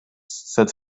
sed